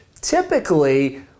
typically